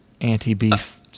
anti-beef